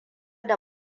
da